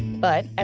but, ah